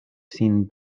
sin